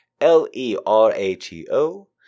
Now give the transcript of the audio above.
L-E-R-A-T-O